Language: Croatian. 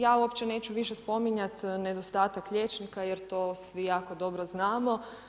Ja uopće neću više spominjat nedostatak liječnika, jer to svi jako dobro znamo.